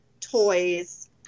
toys